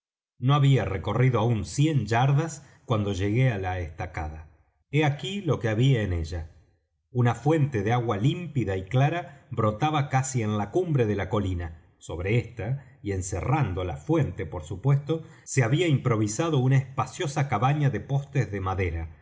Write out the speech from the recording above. no había recorrido aún cien yardas cuando llegué á la estacada he aquí lo que había en ella una fuente de agua límpida y clara brotaba casi en la cumbre de la colina sobre ésta y encerrando la fuente por supuesto se había improvisado una espaciosa cabaña de postes de madera